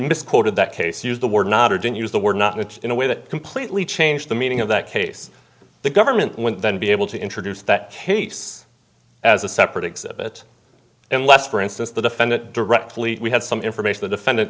misquoted that case used the word not or didn't use the word not which in a way that completely changed the meaning of that case the government went then to be able to introduce that case as a separate exhibit unless for instance the defendant directly we had some information the defendant